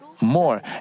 more